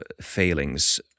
failings